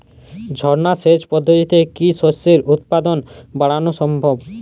ঝর্না সেচ পদ্ধতিতে কি শস্যের উৎপাদন বাড়ানো সম্ভব?